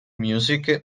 music